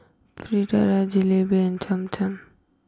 Fritada Jalebi and Cham Cham